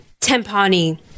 Tempani